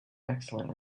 excellent